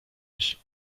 ich